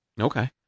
Okay